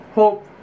hope